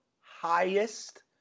highest